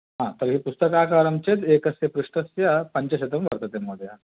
हा तर्हि पुस्तकाकारं चेत् एकस्य पृष्टस्य पञ्चशतं वर्तते महोदय